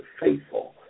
faithful